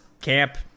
camp